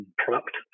product